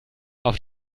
auf